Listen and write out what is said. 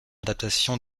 adaptation